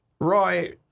Roy